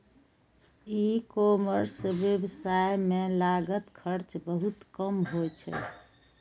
ई commerce व्यवसाय मे लागत खर्च बहुत कम होइ छै